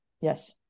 Yes